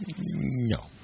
No